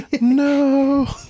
No